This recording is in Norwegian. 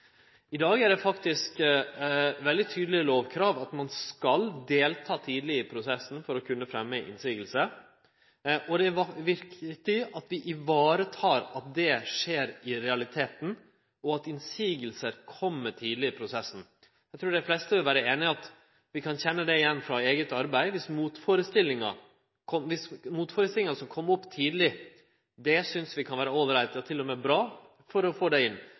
I dag er det faktisk eit veldig tydeleg lovkrav om at ein skal delta tidleg i prosessen for å kunne fremje motsegn, og det er viktig at vi sørgjer for at det skjer i realiteten, og at motsegner kjem tidleg i prosessen. Eg trur dei fleste vil vere einige i at vi kan kjenne det igjen frå vårt eige arbeid: Motførestillingar som kjem opp tidleg, synest vi kan vere ålreite og til og med bra å få inn,